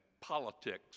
politics